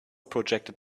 projected